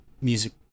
music